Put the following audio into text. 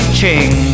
Ching